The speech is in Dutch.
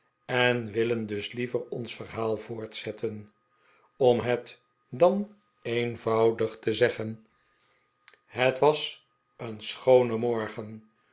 en willen dus liever ons verhaal voortzetten om het dan eenvoudig te zeggen het was een schoone morgen